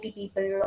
people